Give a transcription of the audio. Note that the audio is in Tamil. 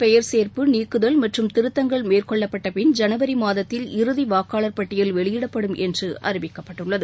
பெயர் வரைவு திருத்தங்கள் மேற்கொள்ளப்பட்டபின் ஜனவரி மாதத்தில் இறுதி வாக்காளர் பட்டியல் வெளியிடப்படும் என்று அறிவிக்கப்பட்டுள்ளது